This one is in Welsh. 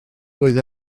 doedd